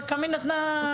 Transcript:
תמי נתנה דוגמה.